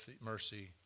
mercy